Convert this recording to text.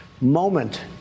moment